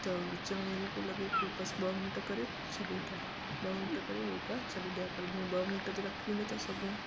त विच में ईअं पियो लॻे की बसि ॿ मिन्ट करे छॾे ॾियां ॿ मिन्ट करे योगा छॾे ॾियां पर हिन में ॿ मिन्ट त रखी नथा सघूं